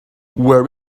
where